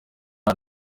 uyu